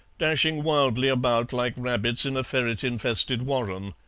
dashing wildly about like rabbits in a ferret-infested warren.